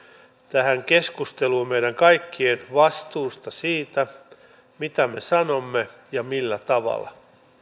tähän keskusteluun meidän kaikkien vastuusta siitä mitä me sanomme ja millä tavalla